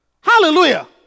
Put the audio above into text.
Hallelujah